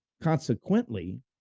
Consequently